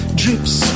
drips